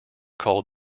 called